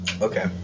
Okay